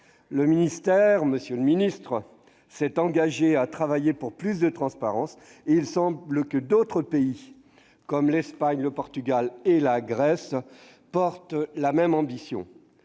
origine. Le ministère s'est engagé à travailler pour plus de transparence ; il semble que d'autres pays, comme l'Espagne, le Portugal et la Grèce, partagent la même ambition.